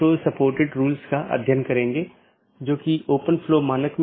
या एक विशेष पथ को अमान्य चिह्नित करके अन्य साथियों को विज्ञापित किया जाता है